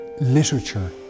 literature